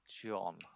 John